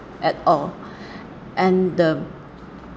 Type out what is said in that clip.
at all and the